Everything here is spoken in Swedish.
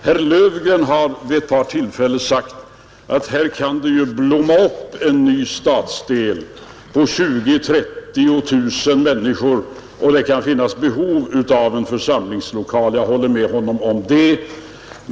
Herr Löfgren har vid ett par tillfällen sagt att det kan då och då blomma upp en ny stadsdel på 20 000-30 000 människor, som skapar behov av församlingslokaler. Jag håller med honom om det.